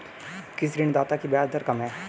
किस ऋणदाता की ब्याज दर कम है?